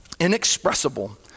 inexpressible